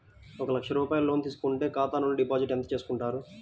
ఒక లక్ష రూపాయలు లోన్ తీసుకుంటే ఖాతా నుండి డిపాజిట్ ఎంత చేసుకుంటారు?